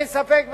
ואין ספק בכך.